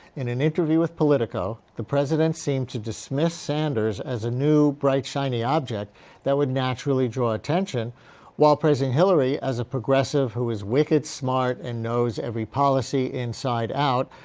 in an interview with politico, the president seemed to dismiss sanders as a new bright shiny object that would naturally draw attention while praising hillary as a progressive who is wicked smart and knows every policy inside out,